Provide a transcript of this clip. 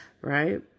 right